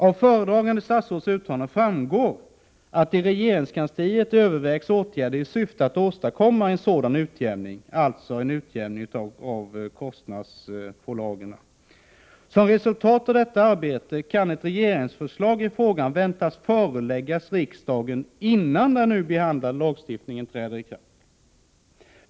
”Av föredragande statsrådets uttalande framgår att i regeringskansliet övervägs åtgärder i syfte att åstadkomma en sådan utjämning.” — Det gäller en utjämning av kostnadspålagorna. — ”Som resultat av detta arbete kan ett regeringsförslag i frågan väntas föreläggas riksdagen innan den nu behandlade lagstiftningen träder i kraft.